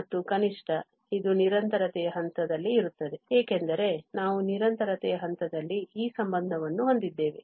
ಮತ್ತು ಕನಿಷ್ಠ ಇದು ನಿರಂತರತೆಯ ಹಂತದಲ್ಲಿ ಇರುತ್ತದೆ ಏಕೆಂದರೆ ನಾವು ನಿರಂತರತೆಯ ಹಂತದಲ್ಲಿ ಈ ಸಂಬಂಧವನ್ನು ಹೊಂದಿದ್ದೇವೆ